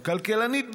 כלכלנית בהשכלתה,